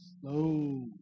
Slow